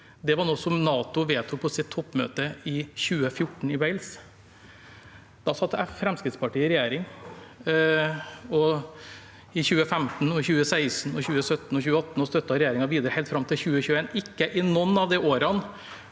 Det var noe som NATO vedtok på sitt toppmøte i 2014 i Wales. Da satt Fremskrittspartiet i regjering – og i 2015, 2016, 2017 og 2018 – og støttet regjeringen videre helt fram til 2021. Ikke i noen av de årene